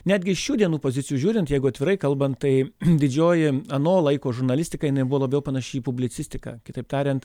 netgi iš šių dienų pozicijų žiūrint jeigu atvirai kalbant tai didžioji ano laiko žurnalistika jinai buvo labiau panaši į publicistiką kitaip tariant